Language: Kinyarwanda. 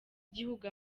igihugu